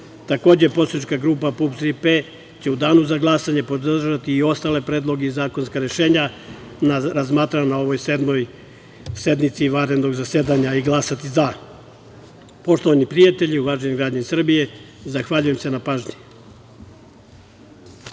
Takođe, Poslanička grupe PUPS „Tri P“ će u danu za glasanje podržati i ostale predloge i zakonska rešenja, razmatrana na ovoj sednici vanrednog zasedanja i glasati za. Poštovani prijatelji, uvaženi građani Srbije, zahvaljujem se na pažnji.